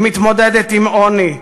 היא מתמודדת עם עוני,